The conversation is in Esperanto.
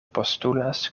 postulas